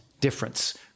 difference